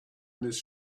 this